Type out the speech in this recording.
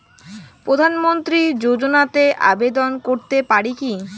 প্রধানমন্ত্রী যোজনাতে আবেদন করতে পারি কি?